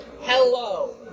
Hello